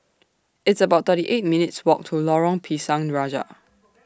It's about thirty eight minutes' Walk to Lorong Pisang Raja